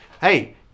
hey